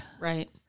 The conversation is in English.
Right